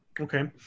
Okay